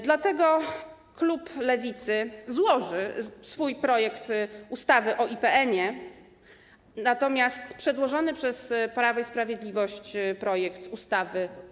Dlatego klub Lewicy złoży swój projekt ustawy o IPN-ie, natomiast poprze przedłożony przez Prawo i Sprawiedliwość projekt ustawy.